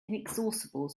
inexhaustible